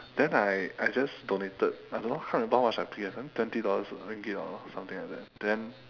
then I I just donated I don't know how much I pay twenty dollars ringgit or something like that then